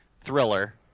thriller